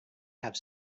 have